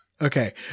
Okay